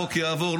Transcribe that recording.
החוק יעבור,